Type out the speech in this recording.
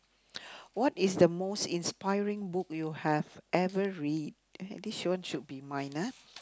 what is the most inspiring book you have ever read this one should be mine ah